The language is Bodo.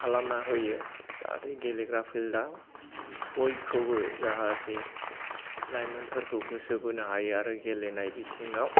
खालामना होयो जाहाथे गेलेग्रा फिल्डा बयखौबो जाहाथे लाइमोनफोरखौ गोसो बोनो हायो आरो गेलेनाय बिथिङाव